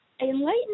Enlighten